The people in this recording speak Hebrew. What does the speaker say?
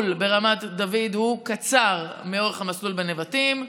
ברמת דוד הוא קצר מאורך המסלול בנבטים.